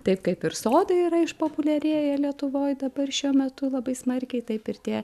taip kaip ir sodai yra išpopuliarėję lietuvoj dabar šiuo metu labai smarkiai taip ir tie